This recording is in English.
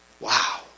Wow